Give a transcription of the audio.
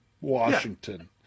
Washington